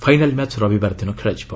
final match ରବିବାର ଦିନ ଖେଳାଯିବ